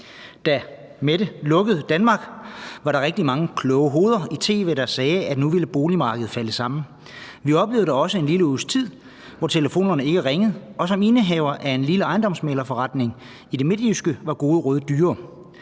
Da Mette lukkede Danmark, var der rigtig mange kloge hoveder i tv, der sagde, at nu ville boligmarkedet falde sammen. Vi oplevede da også en lille uges tid, hvor telefonerne ikke ringede, og som indehaver af en lille ejendomsmæglerforretning i det midtjyske var gode råd dyre.